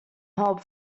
help